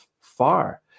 far